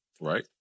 Right